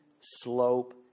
slope